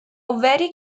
very